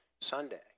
Sunday